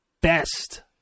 best